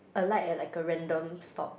alight at like a random stop